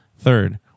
Third